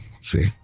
See